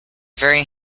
very